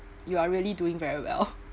you are really doing very well